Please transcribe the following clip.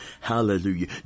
Hallelujah